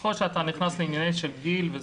ככל שאתה נכנס לעניינים של גיל.